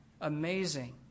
Amazing